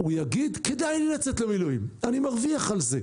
- שכדאי לו לצאת למילואים כי הוא מרוויח בגינם.